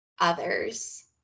others